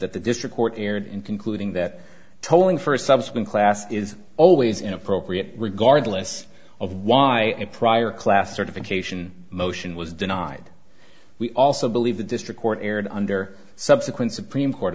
that the district court erred in concluding that tolling for a subsequent class is always inappropriate regardless of why a prior class certification motion was denied we also believe the district court erred under subsequent supreme court